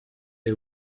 les